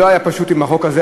לא היה פשוט עם החוק הזה.